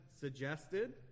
suggested